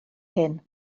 hyn